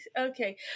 okay